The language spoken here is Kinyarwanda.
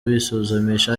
bisuzumisha